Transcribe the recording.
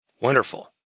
Wonderful